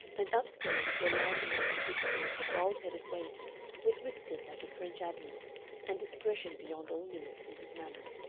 and up-stairs to a landing upon which stood a bald-headed waiter with whiskers like a french admiral and discretion beyond all limits in his manner.